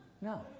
No